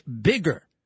bigger